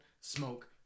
smoke